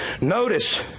Notice